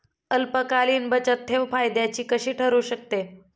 अल्पकालीन बचतठेव फायद्याची कशी ठरु शकते?